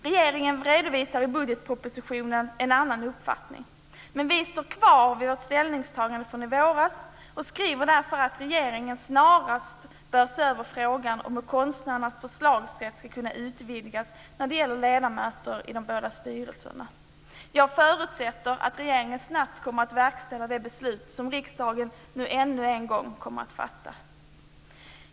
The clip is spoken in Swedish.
Regeringen redovisar i budgetpropositionen en annan uppfattning, men vi står kvar vid vårt ställningstagande från i våras och skriver därför att regeringen snarast bör se över frågan om hur konstnärernas förslagsrätt ska kunna utvidgas när det gäller ledamöter i de båda styrelserna. Jag förutsätter att regeringen snabbt kommer att verkställa det beslut som riksdagen nu ännu en gång kommer att fatta.